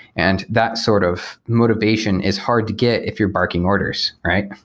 and that sort of motivation is hard to get if you're barking orders, right?